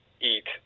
eat